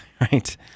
right